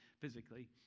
physically